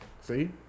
See